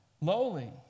lowly